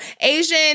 Asian